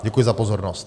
Děkuji za pozornost.